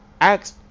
Acts